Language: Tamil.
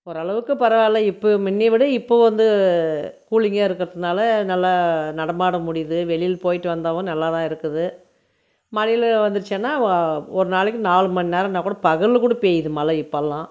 ஓரளவுக்கு பரவாயில்ல இப்போ முன்னய விட இப்போ வந்து கூலிங்காக இருக்கிறதுனால நல்லா நடமாட முடியுது வெளியில் போய்விட்டு வந்தாவும் நல்லா தான் இருக்குது மழைலாம் வந்திருச்சன்னா ஒரு நாளைக்கு நாலு மணி நேரன்னால் கூட பகலில் கூட பெய்யுது மழை இப்போல்லாம்